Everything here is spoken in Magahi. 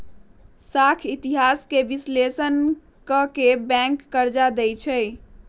साख इतिहास के विश्लेषण क के बैंक कर्जा देँई छै